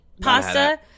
pasta